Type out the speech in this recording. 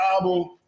album